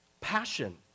passion